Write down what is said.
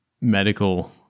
medical